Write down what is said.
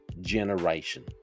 generation